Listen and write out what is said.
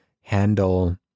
handle